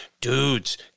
dudes